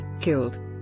killed